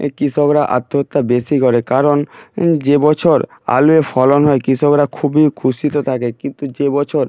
এই কৃষকরা আত্মহত্যা বেশি করে কারণ যে বছর আলু এ ফলন হয় কৃষকরা খুবই খুশিতে থাকে কিন্তু যে বছর